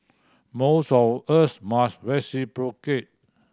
most of us must reciprocate